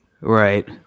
Right